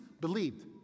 believed